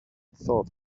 thought